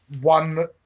one